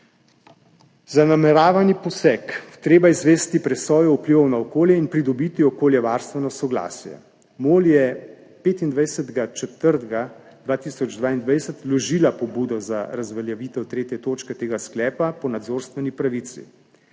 za nameravani poseg treba izvesti presojo vplivov na okolje in pridobiti okoljevarstveno soglasje. MOL je 25. 4. 2022 vložila pobudo za razveljavitev tretje točke tega sklepa po nadzorstveni pravici.